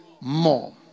more